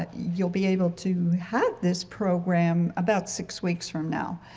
ah you'll be able to have this program about six weeks from now.